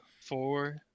four